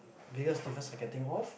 biggest difference I can think of